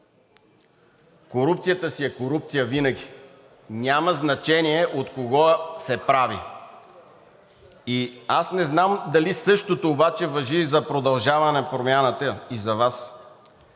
корупцията си е корупция винаги, няма значение от кого се прави и аз не знам дали същото това важи и за „Продължаваме Промяната“, и за Вас,